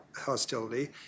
hostility